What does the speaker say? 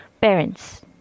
parents